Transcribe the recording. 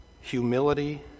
humility